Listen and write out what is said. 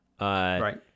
right